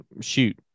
shoot